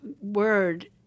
word